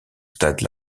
stade